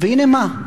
והנה מה?